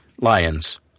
Lions